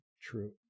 true